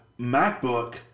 MacBook